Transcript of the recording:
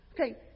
okay